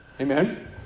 Amen